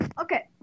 Okay